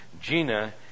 Gina